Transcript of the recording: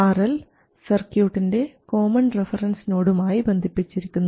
RL സർക്യൂട്ടിൻറെ common reference നോഡുമായി ബന്ധിപ്പിച്ചിരിക്കുന്നു